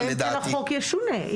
אלא אם כן החוק ישונה.